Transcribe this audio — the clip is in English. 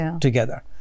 together